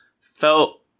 felt